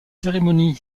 cérémonie